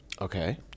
Okay